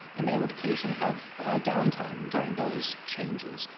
and they would occasionally have downtime during those changes.